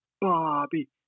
Bobby